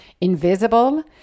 invisible